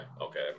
okay